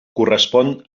correspon